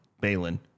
Balin